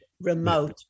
remote